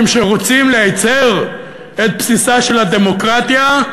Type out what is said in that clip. שרוצים להצר את בסיסה של הדמוקרטיה,